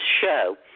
show